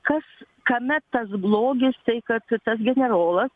kas kame tas blogis tai kad tas generolas